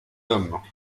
hommes